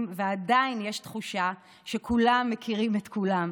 ועדיין יש תחושה שכולם מכירים את כולם,